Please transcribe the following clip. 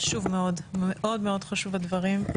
מאוד חשובים הדברים.